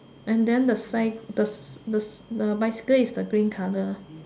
and then the side the si~ the s~ the bicycle is the green colour